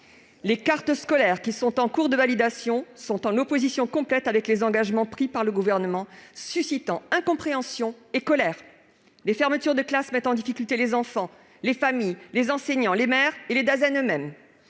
Les cartes scolaires qui sont en cours de validation sont en opposition complète avec les engagements pris par le Gouvernement, suscitant incompréhension et colère. Les fermetures de classes mettent en difficulté les enfants, les familles, les enseignants, les maires et les directeurs